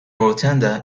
rotunda